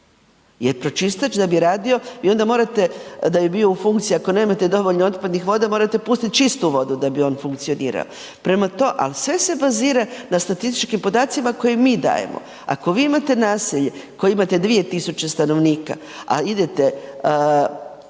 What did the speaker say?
Jer pročistač da bi radio vi onda morate da bi bio u funkciji ako nemate dovoljno otpadnih voda morate pustiti čistu vodu da bi on funkcionirao. Prema tome, ali sve se bazira na statističkim podacima koje mi dajemo. Ako vi imate naselje koje ima 2 tisuće stanovnika, a idete